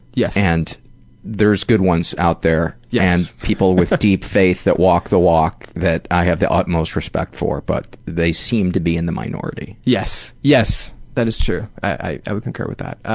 and there is good ones out there yeah and people with deep faith that walk the walk that i have the utmost respect for, but they seem to be in the minority. yes, yes, that is true, i would concur with that.